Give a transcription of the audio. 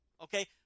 Okay